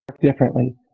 differently